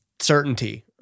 certainty